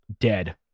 dead